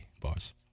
Boss